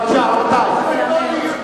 בבקשה, רבותי.